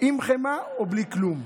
עם חמאה או בלי כלום?